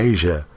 Asia